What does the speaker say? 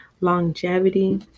longevity